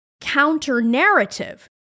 counter-narrative